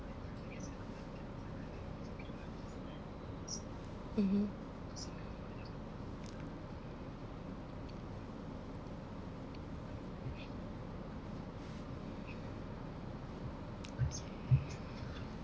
mmhmm